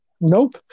Nope